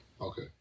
Okay